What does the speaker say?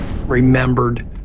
remembered